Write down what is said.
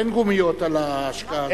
אין גומיות על ההשקעה?